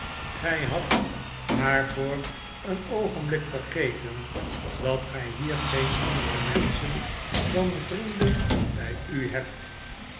gij jbtadt maar voor een qogenblik vergeten dat gij hier geen andere menschen dan vrienden bij u hebt